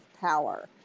power